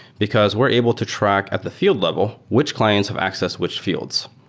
because we're able to track at the field level which clients have access which fields.